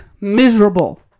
miserable